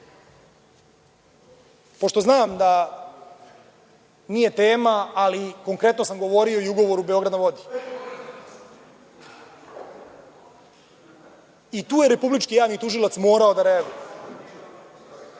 trpe. Pošto znam da nije tema, ali konkretno sam govorio i o ugovoru „Beograd na vodi“, i tu je Republički javni tužilac morao da reaguje